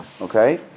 Okay